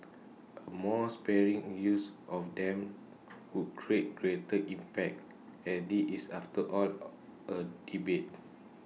A more sparing use of them would create greater impact as this is after all A debate